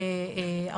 וזה אחד ההבדלים,